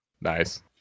Nice